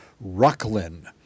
rocklin